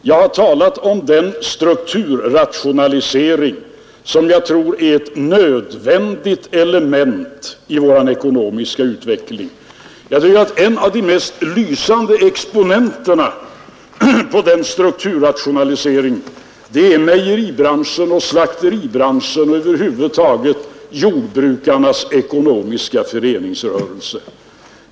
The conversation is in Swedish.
Jag har talat om den strukturrationalisering som jag tror är ett nödvändigt element i vår ekonomiska utveckling. Några av de mest lysande exponenterna för den strukturrationaliseringen är mejeribranschen och slakteribranschen och jordbrukarnas ekonomiska föreningsrörelse över huvud taget.